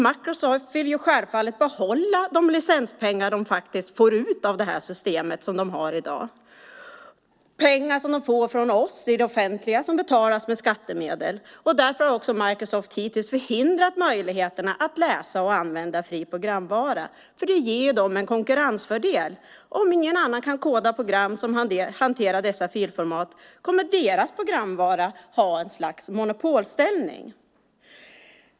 Microsoft vill självfallet behålla de licenspengar de får ut av det system som de har i dag - pengar som de får från oss i det offentliga som betalas med skattemedel. Därför har Microsoft hittills förhindrat möjligheterna att läsa och använda fri programvara - det ger dem en konkurrensfördel. Om ingen annan kan koda program som hanterar dessa filformat kommer deras programvara att ha ett slags monopolställning.